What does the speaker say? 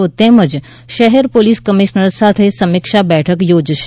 ઓ તેમજ શહેર પોલીસ કમિશનર સાથે સમીક્ષા બેઠક યોજશે